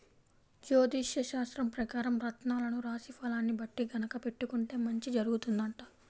జ్యోతిష్యశాస్త్రం పెకారం రత్నాలను రాశి ఫలాల్ని బట్టి గనక పెట్టుకుంటే మంచి జరుగుతుందంట